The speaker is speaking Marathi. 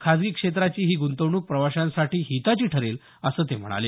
खासगी क्षेत्राची ही ग्रंतवणूक प्रवाशांसाठी हिताची ठरेल असं ते म्हणाले